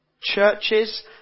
Churches